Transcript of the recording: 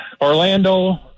Orlando